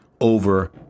over